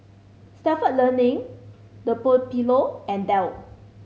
Stalford Learning Dunlopillo and Dell